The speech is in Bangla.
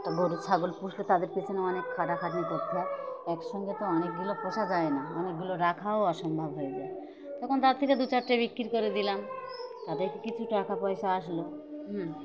তো গরুর ছাগল পুষলে তাদের পেছনে অনেক খাটাখাটনি করতে হয় একসঙ্গে তো অনেকগুলো পোষা যায় না অনেকগুলো রাখাও অসম্ভব হয়ে যায় তখন তার থেকে দু চারটে বিক্রি করে দিলাম তাদেরকে কিছু টাকা পয়সা আসলো হুম